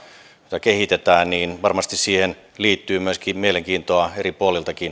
jota kehitetään niin varmasti siihen liittyy myöskin mielenkiintoa eri puolilta